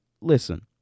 listen